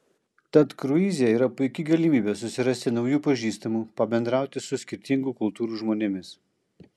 tad kruize yra puiki galimybė susirasti naujų pažįstamų pabendrauti su skirtingų kultūrų žmonėmis